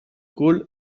cul